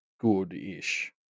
good-ish